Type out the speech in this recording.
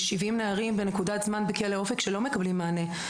יש 70 נערים בנקודת זמן בכלא אופק שלא מקבלים מענה.